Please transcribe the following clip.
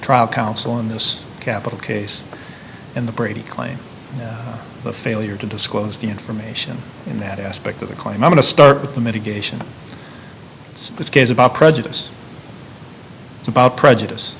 trial counsel in this capital case and the brady claim the failure to disclose the information in that aspect of the claim i want to start with the mitigation of this case about prejudice it's about prejudice